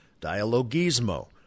dialogismo